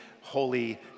holy